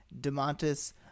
demontis